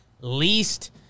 Least